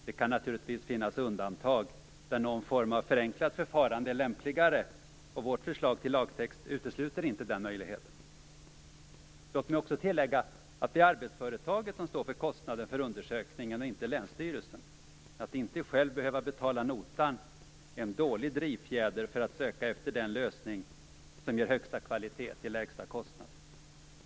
Det kan naturligtvis finnas undantag där någon form av förenklat förfarande är lämpligare, och vårt förslag till lagtext utesluter inte den möjligheten. Låt mig också tillägga att det är arbetsföretaget som står för kostnaden för undersökningen och inte länsstyrelsen. Att inte själv behöva betala notan är en dålig drivfjäder för att söka efter den lösning som ger högsta kvalitet till lägsta kostnad.